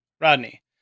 Rodney